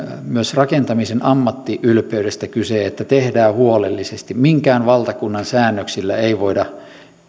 rakentamisen ammattiylpeydestä kyse siitä että tehdään huolellisesti minkään valtakunnan säännöksillä ei voida